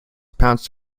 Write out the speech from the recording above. pounced